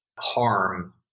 harm